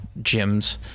gyms